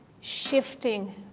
shifting